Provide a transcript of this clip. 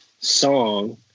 song